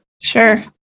sure